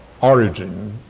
origin